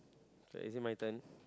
so is it my turn